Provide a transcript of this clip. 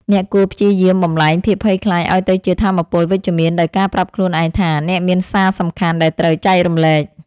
អ្នកគួរព្យាយាមបំប្លែងភាពភ័យខ្លាចឱ្យទៅជាថាមពលវិជ្ជមាន ដោយការប្រាប់ខ្លួនឯងថា អ្នកមានសារសំខាន់ដែលត្រូវចែករំលែក។